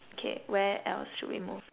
K where else should we move